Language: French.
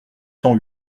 cent